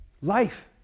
life